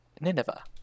nineveh